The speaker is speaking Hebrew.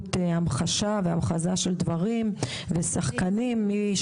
באמצעות המחשה והמחזה של דברים על ידי שחקנים.